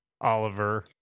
Oliver